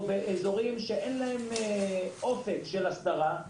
או כאלה שאין להם אופק של הסדרה.